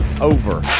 over